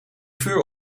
vuur